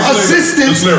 Assistance